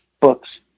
books